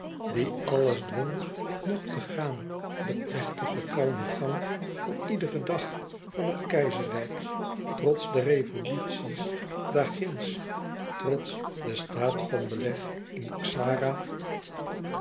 die alles dwong nog te gaan den plechtigen kalmen gang van iederen dag van het keizerrijk trots de revolutie's daarginds trots den staat van beleg in xara